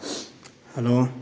hello